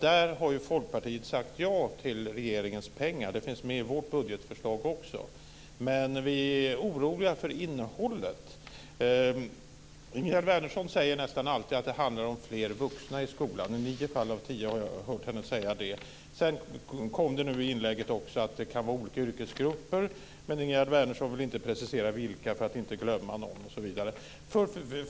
Där har Folkpartiet sagt ja till regeringens pengar. Det finns med i vårt budgetförslag också. Men vi är oroliga för innehållet. Ingegerd Wärnersson säger nästan alltid att det handlar om fler vuxna i skolan. I nio fall av tio har jag hört henne säga det. Sedan kom det också i hennes inlägg att det kan vara fråga om olika yrkesgrupper. Men Ingegerd Wärnersson vill inte precisera vilka för att inte glömma någon osv.